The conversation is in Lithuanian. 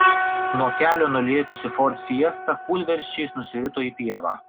nuo kelio nulėkusi ford fiesta kūlversčiais nusirito į pievą